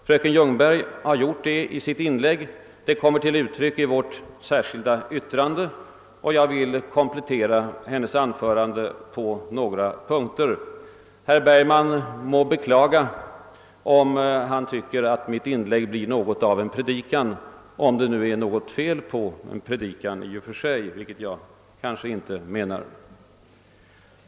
Fröken Ljungberg har gjort det i sitt inlägg — skillnaderna kommer också till uttryck i vårt särskilda yttrande — och jag vill komplettera hennes anförande på några punkter. Herr Bergman må beklaga sig om han tycker att mitt inlägg blir något av en »predikan» — om det nu är något fel på en predikan i och för sig, vilket jag inte anser.